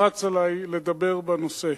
לחץ עלי לדבר בנושא.